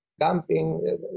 camping